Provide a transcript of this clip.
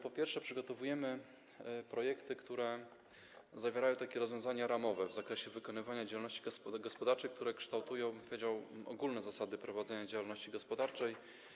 Po pierwsze, przygotowujemy projekty, które zawierają rozwiązania ramowe w zakresie wykonywania działalności gospodarczej, które kształtują ogólne zasady prowadzenia działalności gospodarczej.